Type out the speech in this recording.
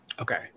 Okay